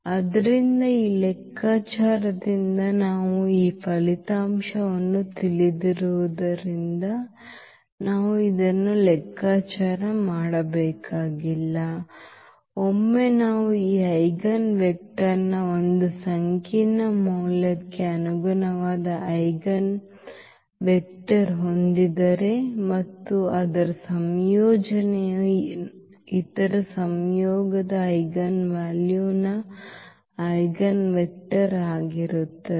ಆದ್ದರಿಂದ ಈ ಲೆಕ್ಕಾಚಾರದಿಂದ ನಾವು ಈ ಫಲಿತಾಂಶವನ್ನು ತಿಳಿದಿರುವುದರಿಂದ ನಾವು ಇದನ್ನು ಲೆಕ್ಕಾಚಾರ ಮಾಡಬೇಕಾಗಿಲ್ಲ ಒಮ್ಮೆ ನಾವು ಈ ಐಜೆನ್ವೆಕ್ಟರ್ ನ ಒಂದು ಸಂಕೀರ್ಣ ಮೌಲ್ಯಕ್ಕೆ ಅನುಗುಣವಾದ ಐಜೆನ್ವೆಕ್ಟರ್ ಹೊಂದಿದ್ದರೆ ಮತ್ತು ಅದರ ಸಂಯೋಜನೆಯು ಇತರ ಸಂಯೋಗದ ಐಜೆನ್ವೆಲ್ಯೂನ ಐಜೆನ್ವೆಕ್ಟರ್ ಆಗಿರುತ್ತದೆ